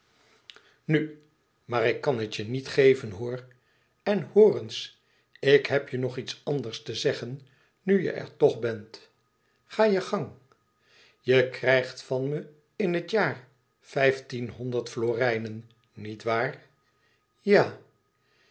nu maar ik kan het je niet geven hoor en hoor eens ik heb je nog iets anders te zeggen nu je er toch bent ga je gang je krijgt van me in het jaar vijftienhonderd florijnen niet waar ja